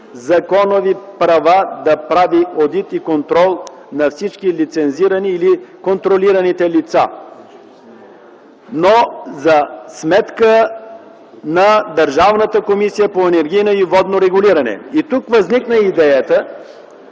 законови права да прави одит и контрол на всички лицензирани или контролирани лица, но за сметка на Държавната комисия по енергийно и водно регулиране. Тук възникна идеята,